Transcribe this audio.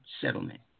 settlement